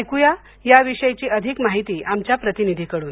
ऐकुया याविषयीची अधिक माहिती आमच्या प्रतिनिधीकडून